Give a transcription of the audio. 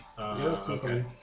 Okay